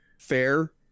fair